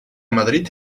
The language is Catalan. madrid